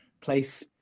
place